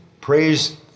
praise